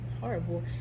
horrible